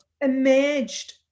emerged